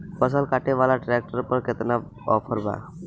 फसल काटे वाला ट्रैक्टर पर केतना ऑफर बा?